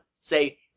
say